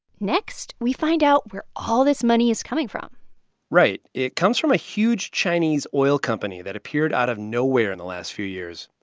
next, we find out where all this money is coming from right. it comes from a huge chinese oil company that appeared out of nowhere in the last few years.